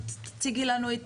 תציגי לנו את